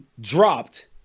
dropped